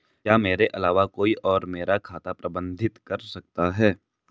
क्या मेरे अलावा कोई और मेरा खाता प्रबंधित कर सकता है?